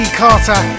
carter